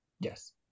Yes